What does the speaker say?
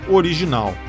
original